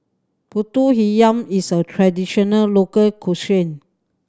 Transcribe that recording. Pulut Hitam is a traditional local